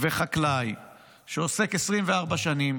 וחקלאי שעוסק 24 שנים